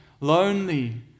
lonely